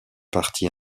partie